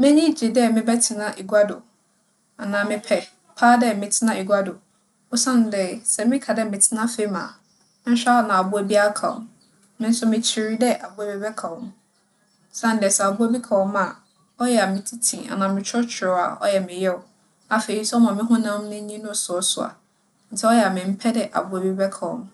M'enyi gye dɛ mebɛtsena egua do, anaa mepɛ paa dɛ metsena egua do osiandɛ sɛ meka dɛ metsena famu a, annhwɛ a na abowa bi akaw me. Me so mikyir dɛ abowa bi bɛkaw me. Osiandɛ sɛ abowa bi kaw me a, ͻyɛ a mitsitsi anaa mekyerɛkyerɛw a ͻyɛ me yaw. Afei so ͻma mo honam enyi no soasoa ntsi a ͻyɛ a memmpɛ dɛ abowa bi bɛkaw me.